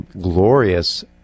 glorious